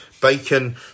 bacon